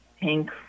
pink